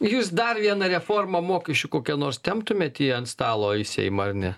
jūs dar vieną reformą mokesčių kokia nors temptumėme tie ant stalo į seimą ar ne